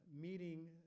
meeting